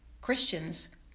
Christians